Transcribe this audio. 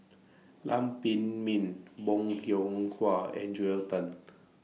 Lam Pin Min Bong Hiong Hwa and Joel Tan